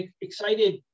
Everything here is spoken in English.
excited